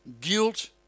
guilt